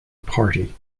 party